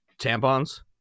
tampons